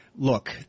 Look